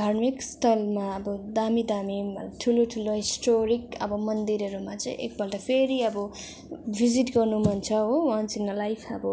धार्मिक स्थलमा अब दामी दामी ठुलो ठुलो हिस्टोरिक अब मन्दिरहरूमा चाहिँ एकपल्ट फेरि अब भिजिट गर्नु मन छ हो वान्स इन अ लाइफ अब